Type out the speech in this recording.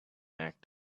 act